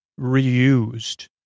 reused